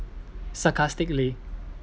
sarcastically